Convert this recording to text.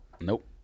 Nope